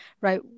right